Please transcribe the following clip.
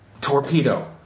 torpedo